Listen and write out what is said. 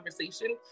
conversation